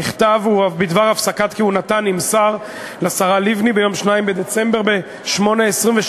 המכתב בדבר הפסקת כהונתה נמסר לשרה לבני ביום 2 בדצמבר ב-08:27.